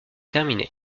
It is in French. terminée